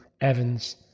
Evans